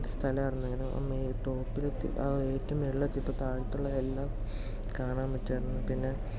സ്ഥലമാണെങ്കിലും ആ മേ ടോപിലെത്തി ആ ഒരു ഏറ്റവും മുകളിലെത്തിയപ്പോൾ താഴത്തുള്ള എല്ലാം കാണാൻ പറ്റുവായിരുന്നു പിന്നെ